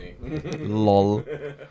Lol